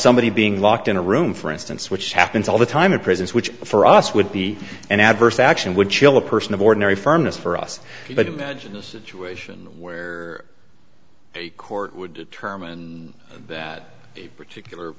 somebody being locked in a room for instance which happens all the time in prisons which for us would be an adverse action would chill a person of ordinary firmness for us but imagine a situation where a court would term and that particular